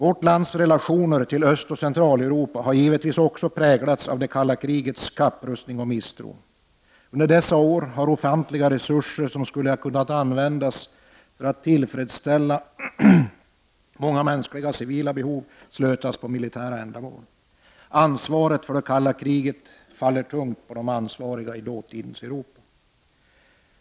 Vårt lands relationer till Östoch Centraleuropa har givetvis också präglats av det kalla krigets kapprustning och misstro. Under dessa år har ofantliga resurser som skulle ha kunnat användas för att tillfredsställa många civila mänskliga behov slösats på militära ändamål. Ansvaret för det kalla kriget faller tungt på de ansvariga i dåtidens Europa.